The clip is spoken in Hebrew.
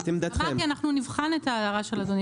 אמרתי אנחנו נבחן את ההערה של אדוני